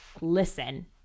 listen